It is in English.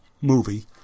movie